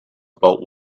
about